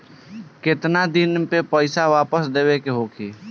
केतना दिन में पैसा वापस देवे के होखी?